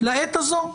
לעת הזאת,